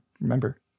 Remember